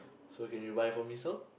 so can you buy for me some